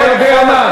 אתה יודע מה,